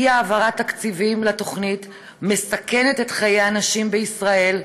אי-העברת תקציבים לתוכנית מסכנת את חיי הנשים בישראל,